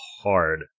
Hard